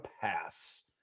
pass